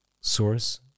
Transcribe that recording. source